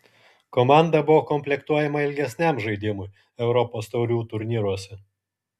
komanda buvo komplektuojama ilgesniam žaidimui europos taurių turnyruose